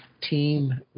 Team